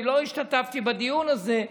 אני לא השתתפתי בדיון הזה,